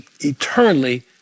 eternally